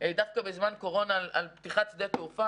דווקא בזמן קורונה אנחנו מדברים על פתיחת שדה תעופה,